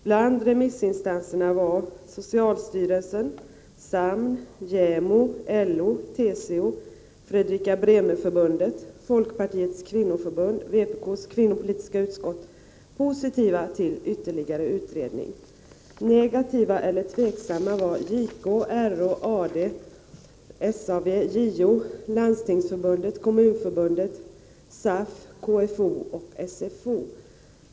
Bland remissinstanserna var socialstyrelsen, SAMN, JämO, LO, TCO, Fredrika Bremer-Förbundet, Folkpartiets kvinnoförbund och Vpk:s kvinnopolitiska utskott positiva till ytterligare utredning. Negativa eller tveksamma var JK, RÅ, AD, SAV, JO, Landstingsförbundet, Kommunförbundet, SAF, KFO och SFO.